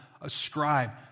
ascribe